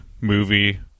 movie